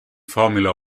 formula